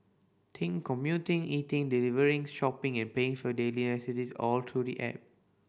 think commuting eating delivering shopping and paying for your daily necessities all through the app